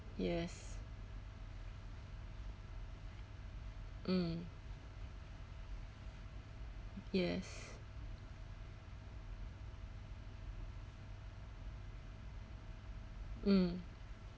yes mm yes mm